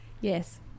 Yes